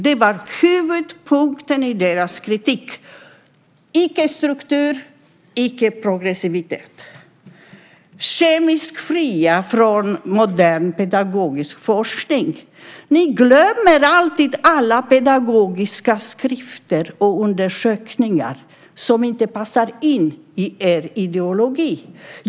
Det var huvudpunkten i deras kritik: icke struktur, icke progressivitet. Kemiskt fria från modern pedagogisk forskning, sade Britt-Marie Danestig. Ni glömmer alltid alla pedagogiska skrifter och undersökningar som inte passar in i er ideologi.